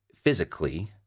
physically